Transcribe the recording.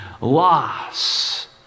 loss